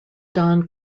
don